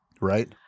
Right